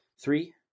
Three